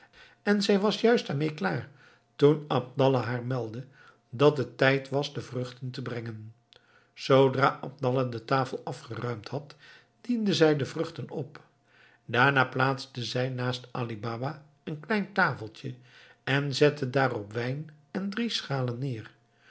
en zij was juist daarmee klaar toen abdallah haar meldde dat het tijd was de vruchten te brengen zoodra abdallah de tafel afgeruimd had diende zij de vruchten op daarna plaatste zij naast ali baba een klein tafeltje en zette daarop wijn en drie schalen neer